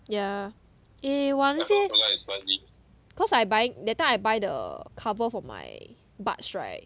yeah eh !wah! 那些 cause I buying that time I buy the cover for my buds right